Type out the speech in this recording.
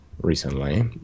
recently